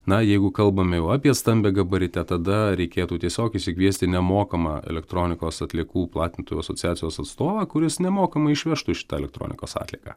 na jeigu kalbam apie stambiagabaritę tada reikėtų tiesiog išsikviesti nemokamą elektronikos atliekų platintojų asociacijos atstovą kuris nemokamai išvežtų šitą elektronikos atlieką